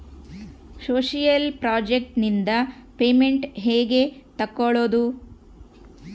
Social project ನಿಂದ payment ಹೆಂಗೆ ತಕ್ಕೊಳ್ಳದು?